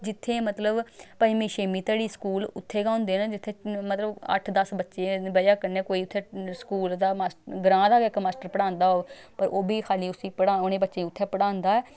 जित्थै मतलब पञमीं छेमीं धड़ी स्कूल उत्थें गै होंदे न जित्थै मतलब अट्ठ दस बच्चें दे बजह कन्नै कोई उत्थै स्कूल दा मास ग्रांऽ दा गै इक मास्टर पढ़ांदा होग पर ओह् बी खाल्ली उसी पढ़ उ'नें बच्चे गी उत्थै पढ़ांदा ऐ